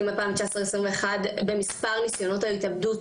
2019 2021 במספר ניסיונות ההתאבדות